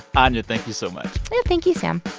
anya, thank you so much thank you, sam